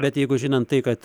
bet jeigu žinant tai kad